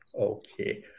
Okay